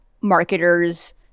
marketers